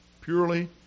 purely